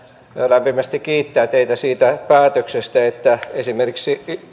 lämpimästi kiittää teitä siitä päätöksestä että esimerkiksi